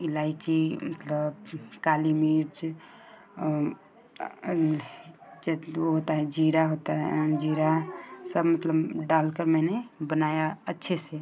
इलायची मतलब काली मिर्च वह होता है जीरा होता है जीरा सब मतलब डालकर मैंने बनाया अच्छे से